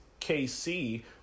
KC